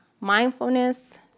Mindfulness